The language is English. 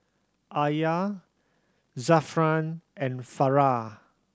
Alya Zafran and Farah